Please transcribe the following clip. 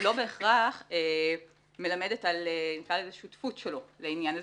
לא בהכרח מלמדת על שותפות שלו לעניין הזה.